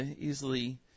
easily